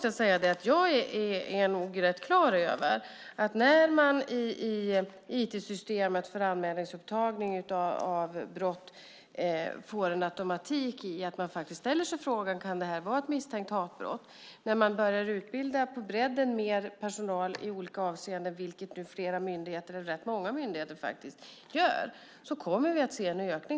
Jag är nog rätt klar över att när man i IT-systemet för anmälningsupptagning av brott får en automatik i att ställa sig frågan om det kan vara ett misstänkt hatbrott och när man börjar utbilda mer personal, vilket rätt många myndigheter gör, kommer vi till en början att se en ökning.